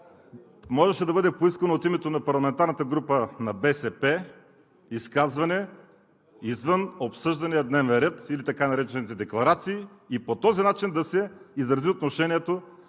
можеше да бъде поискано изказване от името на парламентарната група на БСП, извън обсъждания дневен ред, или така наречените декларации. По този начин да се изрази отношението